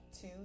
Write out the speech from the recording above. two